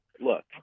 Look